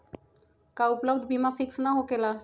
का उपलब्ध बीमा फिक्स न होकेला?